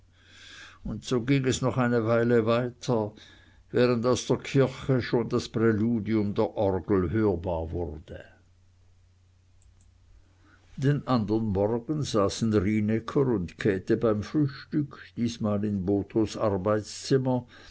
und so ging es noch eine weile weiter während aus der kirche schon das präludium der orgel hörbar wurde den anderen morgen saßen rienäcker und käthe beim frühstück diesmal in bothos arbeitszimmer